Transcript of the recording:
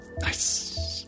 Nice